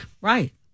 Right